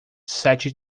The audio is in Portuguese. sete